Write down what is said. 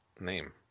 name